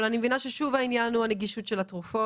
אבל אני מבינה ששוב העניין הוא הנגישות של התרופות.